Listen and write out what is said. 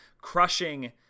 crushing